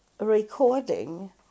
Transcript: recording